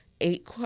eight